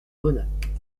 bonnac